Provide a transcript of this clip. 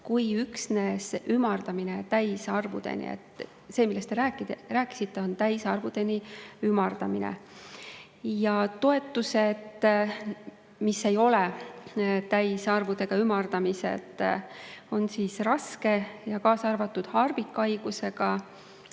kui üksnes ümardamine täisarvudeni. See, millest te rääkisite, on täisarvudeni ümardamine. Ja toetused, mis ei ole täisarvudeni ümardamised, on raske ja harvikhaigusega